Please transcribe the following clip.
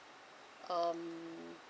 um